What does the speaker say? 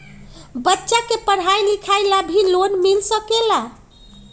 बच्चा के पढ़ाई लिखाई ला भी लोन मिल सकेला?